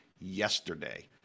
yesterday